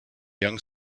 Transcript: young